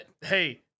hey